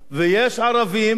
השר פלד מסכים אתי,